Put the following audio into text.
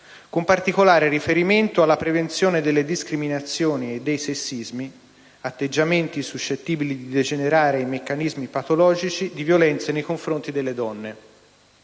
con particolare riferimento alla prevenzione delle discriminazioni e dei sessismi, atteggiamenti suscettibili di degenerare in meccanismi patologici di violenze nei confronti delle donne.